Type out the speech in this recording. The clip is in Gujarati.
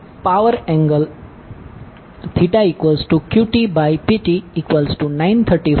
power angle QTPT 935